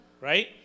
Right